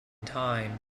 time